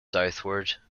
southward